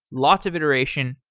lots of iteration,